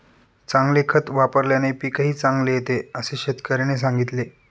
चांगले खत वापल्याने पीकही चांगले येते असे शेतकऱ्याने सांगितले